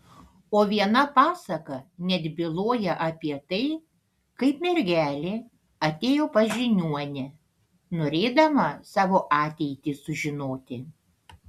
o viena pasaka net byloja apie tai kaip mergelė atėjo pas žiniuonę norėdama savo ateitį sužinoti